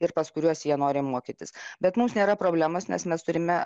ir pas kuriuos jie nori mokytis bet mums nėra problemos nes mes turime